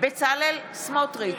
בצלאל סמוטריץ'